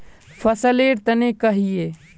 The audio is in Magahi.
फसल लेर तने कहिए?